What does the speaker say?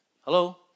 Hello